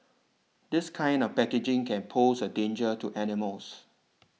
this kind of packaging can pose a danger to animals